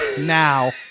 Now